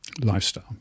lifestyle